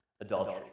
Adultery